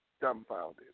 Dumbfounded